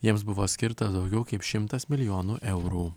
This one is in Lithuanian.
jiems buvo skirta daugiau kaip šimtas milijonų eurų